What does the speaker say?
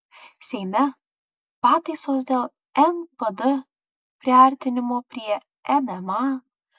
seime pataisos dėl npd priartinimo prie mma